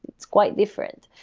it's quite different.